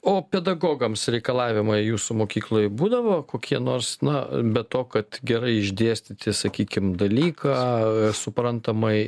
o pedagogams reikalavimai jūsų mokykloj būdavo kokie nors na be to kad gerai išdėstyti sakykim dalyką suprantamai